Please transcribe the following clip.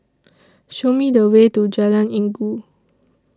Show Me The Way to Jalan Inggu